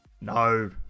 no